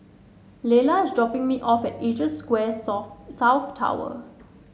Lella is dropping me off at Asia Square South Tower